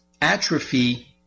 atrophy